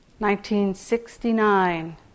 1969